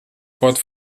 pode